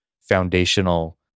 foundational